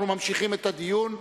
אנחנו ממשיכים את הדיון.